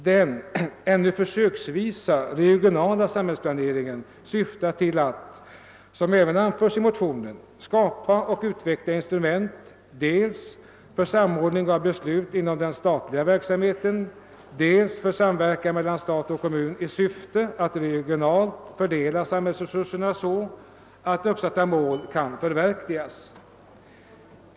Den — ännu försöksvisa — regionala samhällsplaneringen syftar till att, såsom även anförs i motionen, »skapa och utveckla instrument dels för samordning av beslut inom den statliga verksamheten, dels för samverkan mellan stat och kommun i syfte att regionalt fördela samhällsresurserna så att uppsatta mål kan förverkligas».